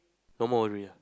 no more already ah